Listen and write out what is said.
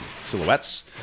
silhouettes